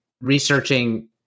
researching